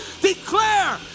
Declare